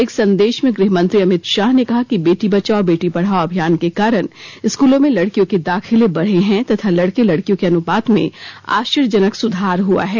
एक संदेश में गृहमंत्री अमित शाह ने कहा कि बेटी बचाओ बेटी पढाओं अभियान के कारण स्कूलों में लडकियों के दाखिले बढे हैं तथा लडके लडकियों के अनुपात में आश्चर्यजनक सुधार हुआ है